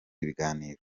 ibiganiro